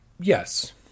Yes